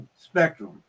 spectrum